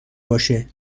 باشه